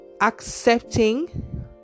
accepting